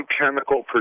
chemical